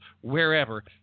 Wherever